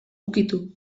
ukitu